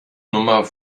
nummer